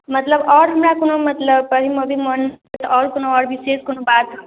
मतलब आओर हमरा कोनो मतलब पढ़ैमे अभी मन आओर कोनो आओर विशेष कोनो बात